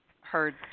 heard